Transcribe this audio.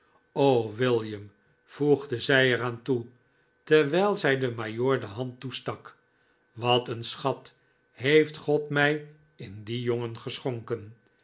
william voegde zij er aan toe terwijl zij den majoordehand toestak wat een schat heeft god mij in dien jongen geschonken